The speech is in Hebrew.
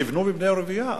תבנו בנייה רוויה.